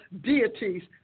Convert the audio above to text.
deities